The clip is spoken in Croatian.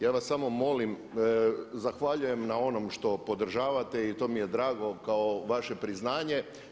Ja vas sam molim, zahvaljujem na onom što podržavate i to mi je drago kao vaše priznanje.